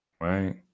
right